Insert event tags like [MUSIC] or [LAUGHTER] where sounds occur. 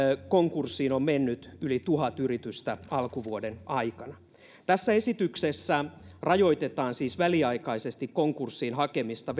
konkurssiin on mennyt yli tuhat yritystä alkuvuoden aikana tässä esityksessä rajoitetaan siis väliaikaisesti konkurssiin hakemista [UNINTELLIGIBLE]